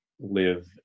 live